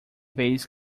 vez